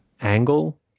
angle